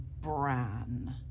Bran